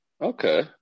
okay